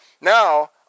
Now